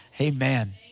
Amen